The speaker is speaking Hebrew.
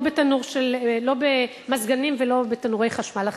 לא במזגנים ולא בתנורי חשמל אחרים,